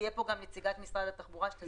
תהיה כאן גם נציגת משרד התחבורה שתסביר את הדברים.